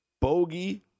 bogey